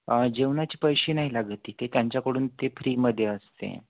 जेवणाची पैशे नाही लागत तिथे त्यांच्याकडून ते फ्रीमध्ये असते